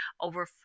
over